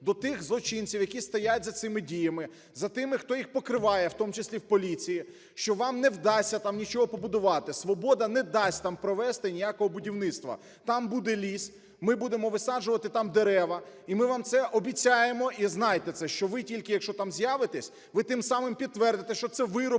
до тих злочинців, які стоять за цими діями, за тими, хто їх покриває в тому числі в поліції, що вам не вдасться там нічого побудувати! "Свобода" не дасть там провести ніякого будівництва! Там буде ліс. Ми будемо висаджувати там дерева і ми вам це обіцяємо. І знайте це, що ви тільки, якщо там з'явитесь, ви тим самим підтвердите, що це ви робили